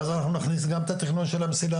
ואז אנחנו נכניס גם את התכנון של המסילה.